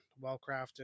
well-crafted